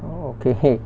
orh okay okay